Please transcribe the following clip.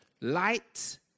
Light